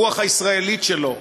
הרוח הישראלית שלו,